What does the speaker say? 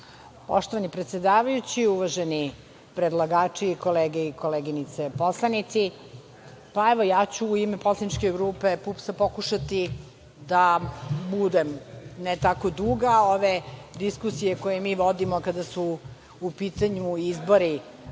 Poštovani predsedavajući, uvaženi predlagači, kolege i koleginice poslanici, ja ću u ime poslaničke grupe PUPS-a pokušati da budem ne tako duga. Ove diskusije koje mi vodimo kada su u pitanju izbori